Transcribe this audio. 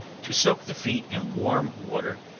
to soak the feet in warm water,